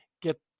Get